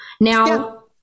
now